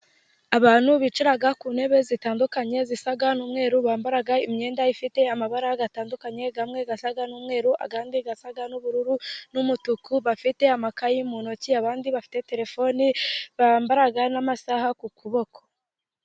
Abantu bicara ku ntebe zitandukanye zisa n'umweru, bambara imyenda ifite amabara atandukanye, amwe asa n'umweru, andi asa n'ubururu n'umutuku, bafite amakayi mu ntoki, abandi bafite terefoni, bambara n'amasaha ku kuboko.